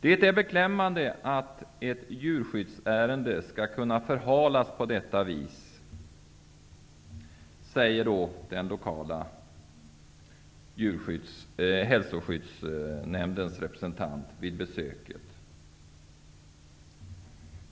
Det är beklämmande att ett djurskyddsärende ska kunna förhalas på detta vis'', säger den lokala hälsoskyddsnämndens representant vid besöket.